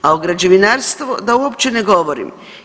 A o građevinarstvu da uopće ne govorim.